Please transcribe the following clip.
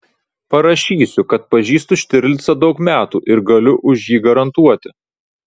parašysiu kad pažįstu štirlicą daug metų ir galiu už jį garantuoti